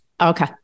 Okay